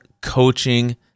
coaching